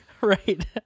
right